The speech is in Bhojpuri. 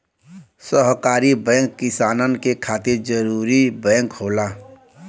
सहकारी बैंक किसानन के खातिर जरूरी बैंक होला